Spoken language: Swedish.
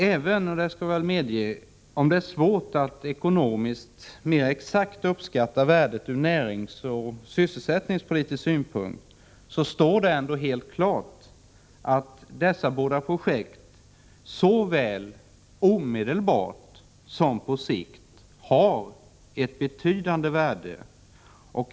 Även om det är svårt att mera exakt uppskatta värdet ekonomiskt från näringsoch sysselsättningspolitisk synpunkt — det skall jag medge att det är — står det helt klart att dessa båda projekt såväl omedelbart som på sikt har ett betydande värde.